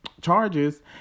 charges